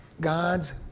God's